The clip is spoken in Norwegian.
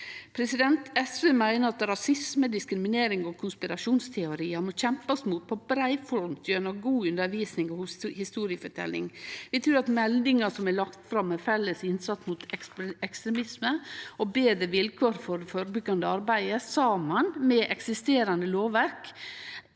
og andre. SV meiner at rasisme, diskriminering og konspirasjonsteoriar må kjempast mot på brei front, gjennom god undervisning og historieforteljing. Vi trur at meldinga som er lagt fram, «Felles innsats mot ekstremisme: Bedre vilkår for det forebyggende arbeidet», saman med eksisterande lovverk